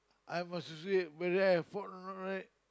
I'm a but then I fall down right